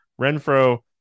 Renfro